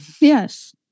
Yes